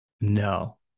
No